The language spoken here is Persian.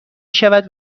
شود